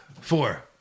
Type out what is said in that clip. Four